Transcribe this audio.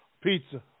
Pizza